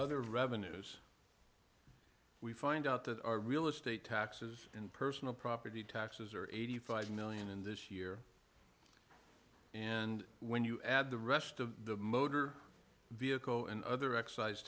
other revenues we find out that our real estate taxes and personal property taxes are eighty five million in this year and when you add the rest of the motor vehicle and other excise